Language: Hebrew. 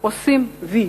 עושים "וי".